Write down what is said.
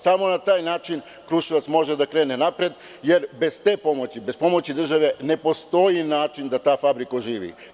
Samo na taj način Kruševac može da krene napred, jer bez te pomoći, bez pomoći države ne postoji način da ta fabrika oživi.